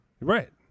Right